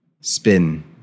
spin